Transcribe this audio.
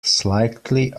slightly